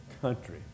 Country